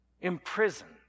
imprisoned